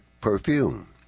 perfume